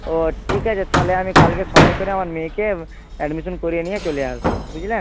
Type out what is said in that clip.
ও ঠিক আছে তাহলে আমি কালকে সময় করে আমার মেয়েকে অ্যাডমিশন করিয়ে নিয়ে চলে আসব বুঝলেন